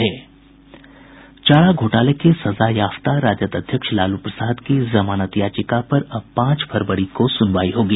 चारा घोटाले के सजायाफ्ता राजद अध्यक्ष लालू प्रसाद की जमानत याचिका पर अब पांच फरवरी को सुनवाई होगी